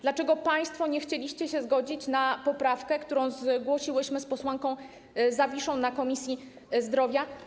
Dlaczego państwo nie chcieliście się zgodzić na poprawkę, którą zgłosiłyśmy z posłanką Zawiszą na posiedzeniu Komisji Zdrowia?